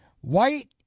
White